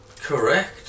Correct